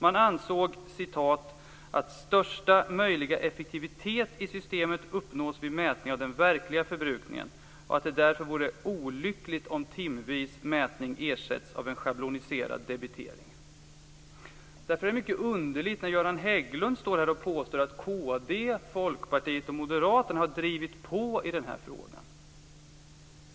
Man ansåg att "största möjliga effektivitet i systemet uppnås vid mätning av den verkliga förbrukningen" och att det därför vore "olyckligt om timvis mätning ersätts av en schabloniserad debitering". Därför är det mycket underligt när Göran Hägglund står här och påstår att kd, Folkpartiet och Moderaterna har drivit på i den här frågan.